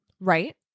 Right